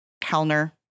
Kellner